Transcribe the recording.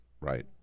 right